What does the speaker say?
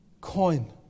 coin